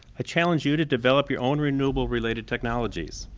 i challenge you to develop your own renewable related technologies,